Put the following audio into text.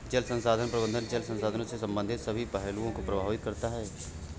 जल संसाधन प्रबंधन जल संसाधनों से संबंधित सभी पहलुओं को प्रबंधित करता है